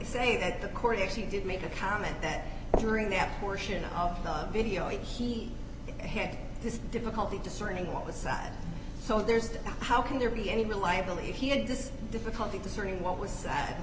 say that the court actually did make a comment that during that portion of the video he had his difficulty discerning what was side so there's that how can there be any liability if he had just difficulty discerning what was said